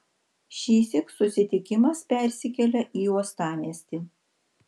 šįsyk susitikimas persikelia į uostamiestį